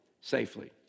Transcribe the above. safely